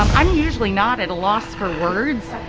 i'm usually not at a loss for words